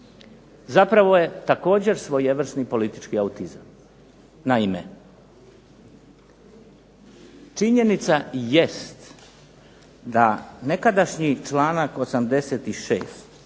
zapravo je također svojevrsni politički autizam. Naime, činjenica jest da nekadašnji članak 86.,